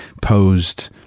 posed